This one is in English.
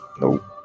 Nope